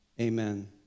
amen